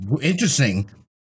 Interesting